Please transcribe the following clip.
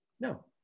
No